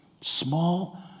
small